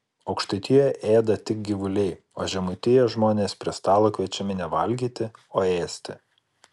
aukštaitijoje ėda tik gyvuliai o žemaitijoje žmonės prie stalo kviečiami ne valgyti o ėsti